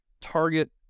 target